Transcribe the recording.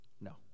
No